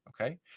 okay